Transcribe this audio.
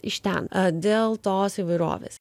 iš ten dėl tos įvairovės